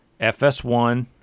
FS1